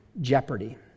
jeopardy